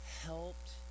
helped